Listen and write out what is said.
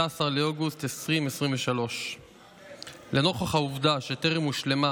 באוגוסט 2023. לנוכח העובדה שטרם הושלמה